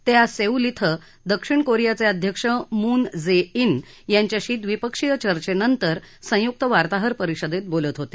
ते आज सेऊल क्वें दक्षिण कोरियाचे अध्यक्ष मून जे उ यांच्यांशी द्वीपक्षीय चर्चेनंतर संयुक्त वार्ताहर परिषदेत बोलत होते